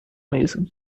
mesa